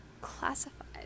classified